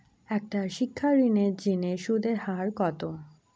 একটা শিক্ষা ঋণের জিনে সুদের হার কত?